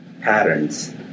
patterns